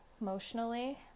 emotionally